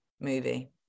movie